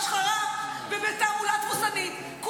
גם אתם לא צריכים לחטוא כל הזמן בהשחרה ובתעמולה תבוסתנית.